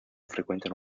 frequentano